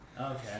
Okay